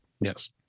Yes